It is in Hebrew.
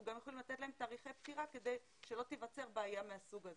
אנחנו גם יכולים לתת להם תאריכי פטירה כדי שלא תיווצר בעיה מהסוג הזה.